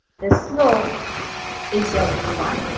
the slope is your b one.